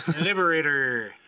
Liberator